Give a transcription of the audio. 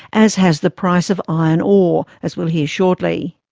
as has the price of iron ore, as we'll hear shortly.